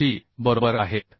गोष्टी बरोबर आहेत